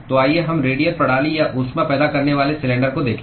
तो आइए हम रेडियल प्रणाली या ऊष्मा पैदा करने वाले सिलेंडर को देखें